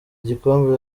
gikombe